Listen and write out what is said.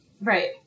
Right